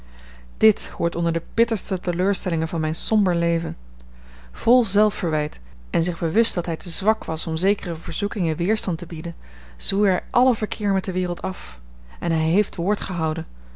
dit hoort onder de bitterste teleurstellingen van mijn somber leven vol zelfverwijt en zich bewust dat hij te zwak was om zekere verzoekingen weerstand te bieden zwoer hij alle verkeer met de wereld af en hij heeft woord gehouden